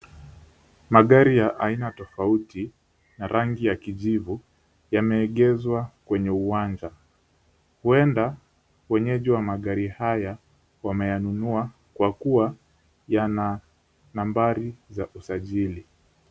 Magari ya aina tofauti na rangi ya kijivu yameegeshwa kwenye uwanja. Huenda wenyeji wa magari haya wameyanunua kwa kuwa yana nambari za usajili.